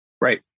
Right